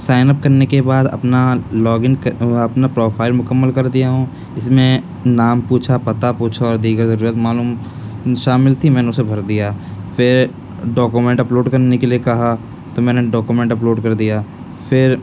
sign up کرنے کے بعد اپنا لاگ ان اپنا پروفائل مکمل کر دیا ہوں اس میں نام پوچھا پتا پوچھا اور دیگر جو معلوم شامل تھی میں نے اسے بھر دیا پھر ڈوکومینٹ اپ لوڈ کرنے کے لیے کہا تو میں نے ڈوکومینٹ اپ لوڈ کردیا پھر